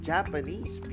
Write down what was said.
Japanese